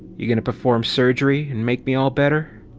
you gonna perform surgery and make me all better?